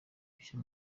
mushya